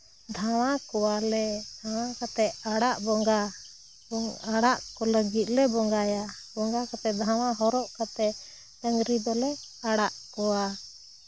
ᱫᱷᱟᱶᱟ ᱠᱚᱣᱟᱞᱮ ᱫᱷᱟᱣᱟ ᱠᱟᱛᱮ ᱚᱲᱟᱜ ᱵᱚᱸᱜᱟ ᱚᱲᱟᱜ ᱠᱚᱨᱮ ᱜᱮᱞᱮ ᱵᱚᱸᱜᱟᱭᱟ ᱵᱚᱸᱜᱟ ᱠᱟᱛᱮ ᱫᱷᱟᱶᱟ ᱦᱚᱨᱚᱜ ᱠᱟᱛᱮ ᱰᱟᱹᱝᱨᱤ ᱫᱚᱞᱮ ᱟᱲᱟᱜ ᱠᱚᱣᱟ